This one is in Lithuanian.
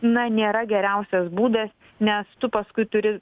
na nėra geriausias būdas nes tu paskui turi